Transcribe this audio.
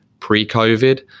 pre-COVID